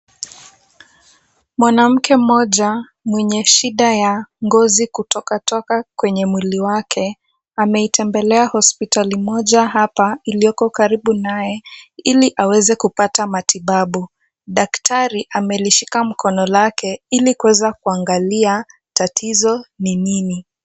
Mwanamke mmoja mwenye shida ya ngozi kutokatoka kwenye mwili wake, ameitembelea hospitali moja hapa iliyoko karibu naye ili aweze kupata matibabu. Daktari amelishika mkono lake ili kuweza kuangalia tatizo ni nini.